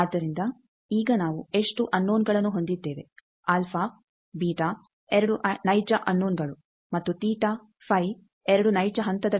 ಆದ್ದರಿಂದ ಈಗ ನಾವು ಎಷ್ಟು ಅನ್ನೋವ್ನ್ಗಳನ್ನು ಹೊಂದಿದ್ದೇವೆ ಅಲ್ಫಾ ಬೀಟಾ 2 ನೈಜ ಅನ್ನೋನಗಳು ಮತ್ತು ತೀಟ ಫೈ 2 ನೈಜ ಹಂತದ ವಿಷಯ